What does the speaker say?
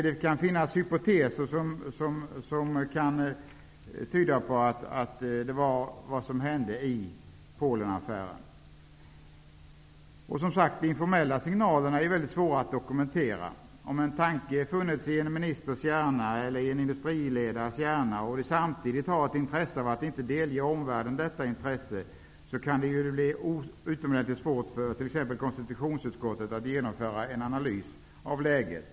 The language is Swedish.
Det finns hypoteser som tyder på att det var vad som hände i Polenaffären. De informella signalerna är mycket svåra att dokumentera. Om en tanke funnits i en ministers hjärna eller i en industriledares hjärna, och de samtidigt har ett intresse av att inte delge omvärlden denna tanke, kan det bli utomordentligt svårt för t.ex. konstitutionsutskottet att genomföra en analys av läget.